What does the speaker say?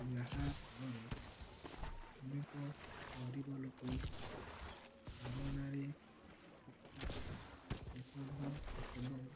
ଯାହାଫଳରେ ଅନେକ ଗରିବ ଲୋକ ମାଗଣାରେ ଚିକିତ୍ସା ଔଷଧ ଏବଂ